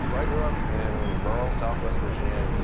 so i grew up in rural southwest virginia.